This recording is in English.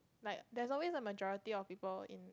like there's always a majority of people